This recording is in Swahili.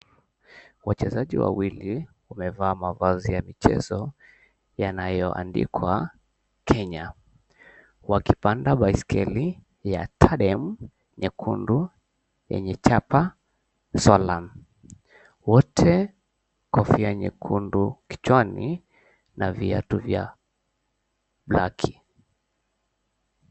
Wachezaji wawili wamevaa mavazi ya michezo yanayoandikwa, Kenya. Wakipanda baisikeli ya Tarem nyekundu, yenye chapa Solam. Wote, kofia nyekundu kichwani na viatu vya khaki.